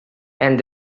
and